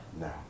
No